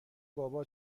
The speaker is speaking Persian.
بابا